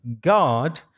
God